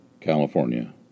California